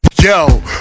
yo